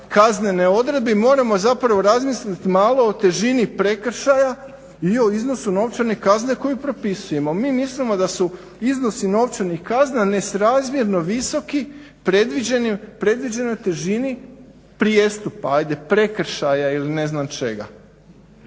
kaznene odredbe i moramo zapravo razmislit malo o težini prekršaja i o iznosu novčane kazne koju propisujemo. Mi mislimo da su iznosi novčanih kazni nesrazmjerno visoki, predviđeni težini prijestupa ajde, prekršaja ili ne znam čega